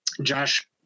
Josh